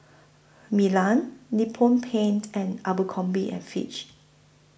Milan Nippon Paint and Abercrombie and Fitch